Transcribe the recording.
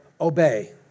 obey